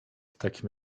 takim